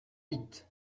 huit